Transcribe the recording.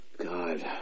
God